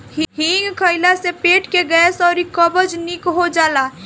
हिंग खइला से पेट के गैस अउरी कब्ज निक हो जाला